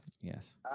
Yes